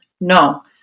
No